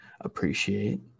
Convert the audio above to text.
appreciate